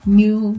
new